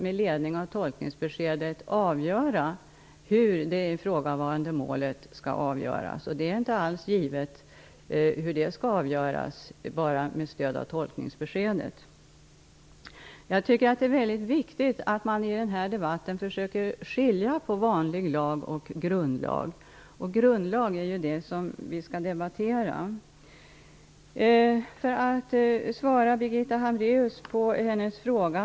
Med ledning av tolkningsbeskedet får de avgöra hur det ifrågavarande målet skall avgöras. Det är inte alls givet bara med tolkningsbeskedet hur det skall avgöras. Jag tycker att det är mycket viktigt att man i denna debatt försöker skilja på vanlig lag och grundlag. Vi debatterar nu grundlagarna. Jag skall svara på Birgitta Hambraeus fråga.